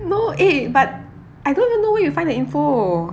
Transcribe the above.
no eh but I don't even know where you find the info